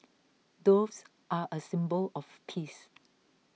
doves are a symbol of peace